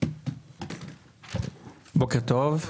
בוקר טוב.